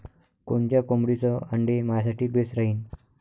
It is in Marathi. कोनच्या कोंबडीचं आंडे मायासाठी बेस राहीन?